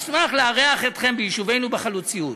נשמח לארח אתכם ביישובנו בחלוציות".